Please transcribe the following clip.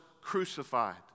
crucified